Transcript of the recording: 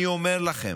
אני אומר לכם